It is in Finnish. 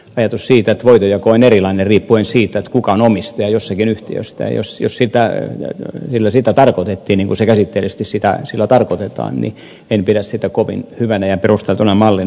ajatusta siitä että voitonjako on erilainen riippuen siitä kuka on omistaja jossakin yhtiössä jos sillä sitä tarkoitettiin niin kuin sillä käsitteellisesti sitä tarkoitetaan en pidä kovin hyvänä ja perusteltuna mallina